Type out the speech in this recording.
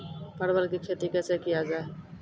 परवल की खेती कैसे किया जाय?